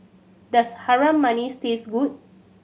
does Harum Manis taste good